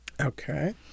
Okay